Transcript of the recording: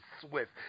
Swift